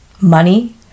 Money